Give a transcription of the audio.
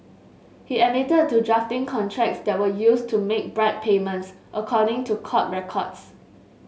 he admitted to drafting contracts that were used to make bribe payments according to court records